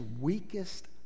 weakest